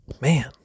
Man